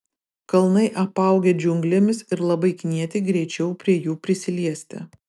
kalnai apaugę džiunglėmis ir labai knieti greičiau prie jų prisiliesti